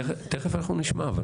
תיכף אנחנו נשמע.